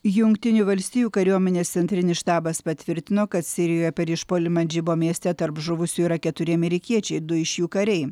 jungtinių valstijų kariuomenės centrinis štabas patvirtino kad sirijoje per išpuolį mandžibo mieste tarp žuvusių yra keturi amerikiečiai du iš jų kariai